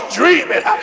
dreaming